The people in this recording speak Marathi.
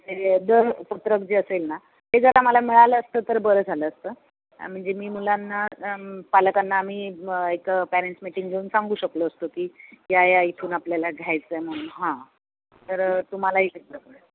दरपत्रक जे असेल ना ते जरा मला मिळालं असतं तर बरं झालं असतं म्हणजे मी मुलांना पालकांना आम्ही मग एक पेरेंट्स मीटिंग घेऊन सांगू शकलो असतो की या या इथून आपल्याला घ्यायचं आहे म्हणून हां तर तुम्हालाही ते बरं पडेल